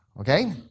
okay